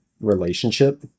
relationship